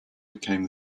became